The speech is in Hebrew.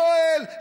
יואל,